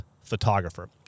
photographer